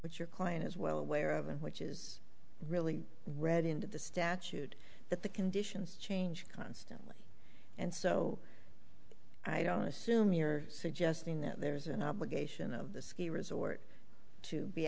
which your claim is well aware of and which is really read into the statute that the conditions change constantly and so i don't assume you're suggesting that there's an obligation of the ski resort to be